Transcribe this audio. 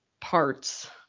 parts